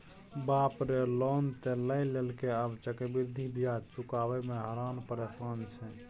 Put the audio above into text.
बाप रे लोन त लए लेलकै आब चक्रवृद्धि ब्याज चुकाबय मे हरान परेशान छै